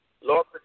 Lord